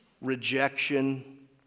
rejection